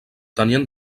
tenien